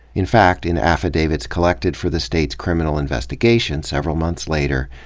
in fact, in affidavits collected for the state's criminal investigation several months later,